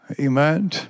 Amen